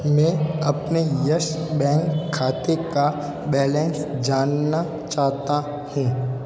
मैं अपने Yes Bank खाते का बैलेंस जानना चाहता हूँ